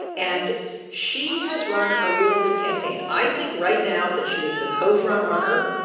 and she has run a really good campaign. i think right now that she is the co-front runner.